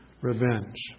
revenge